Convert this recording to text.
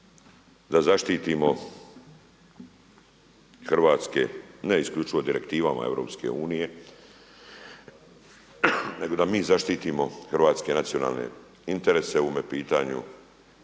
da zaštitimo hrvatske, ne isključivo direktivama EU, nego da mi zaštitimo hrvatske nacionalne interese u ovome pitanju,